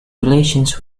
relations